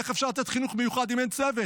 איך אפשר לתת חינוך מיוחד אם אין צוות?